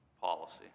policy